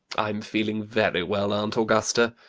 i'm feeling very well, aunt augusta.